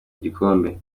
igikombe